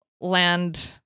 land